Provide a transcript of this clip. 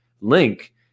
link